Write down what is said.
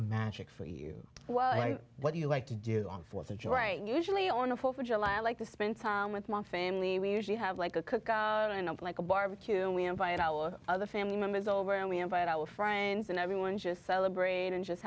magic for you what do you like to do on fourth of july usually on the fourth of july i like to spend time with my family we usually have like a cook it up like a barbecue and we invite our other family members over and we invite our friends and everyone just celebrate and just